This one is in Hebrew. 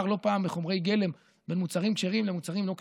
לא פעם הפער בחומרי גלם בין מוצרים כשרים למוצרים לא כשרים,